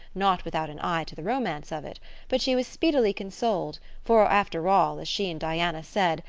not without an eye to the romance of it but she was speedily consoled, for, after all, as she and diana said,